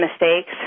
mistakes